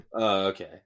okay